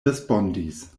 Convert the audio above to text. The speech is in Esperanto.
respondis